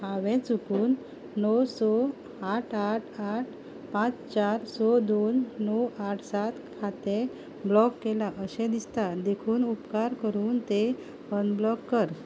हांवें चुकून णव स आठ आठ आठ पांच चार स दोन णव आठ सात खातें ब्लॉक केलां अशें दिसता देखून उपकार करून तें अनब्लॉक कर